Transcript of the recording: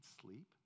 sleep